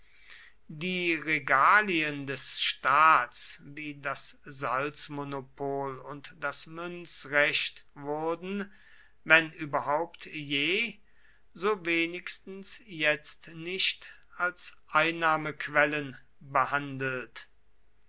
die regalien des staats wie das salzmonopol und das münzrecht wurden wenn überhaupt je so wenigstens jetzt nicht als einnahmequellen behandelt